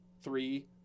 three